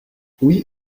oui